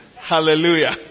Hallelujah